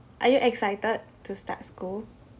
are you excited to start school